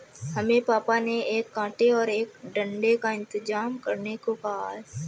हमें पापा ने एक कांटे और एक डंडे का इंतजाम करने को कहा है